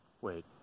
Wait